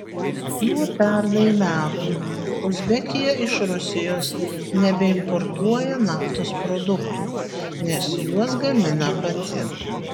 nuo pernai metų uzbekija iš rusijos nebeimportuoja naftos produktų nes juos gamina pati